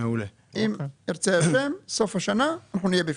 אם ירצה ה' סוף השנה אנחנו נהיה בפנים.